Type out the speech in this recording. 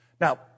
Now